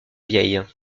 vieille